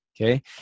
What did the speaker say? okay